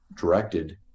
directed